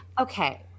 okay